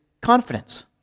confidence